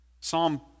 Psalm